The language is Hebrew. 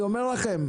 אני אומר לכם,